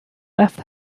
left